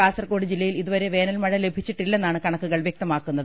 കാസർകോട് ജില്ലയിൽ ഇതുവരെ വേനൽമഴ ലഭിച്ചിട്ടില്ലെന്നാണ് കണക്കു കൾ വൃക്തമാക്കുന്നത്